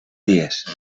dies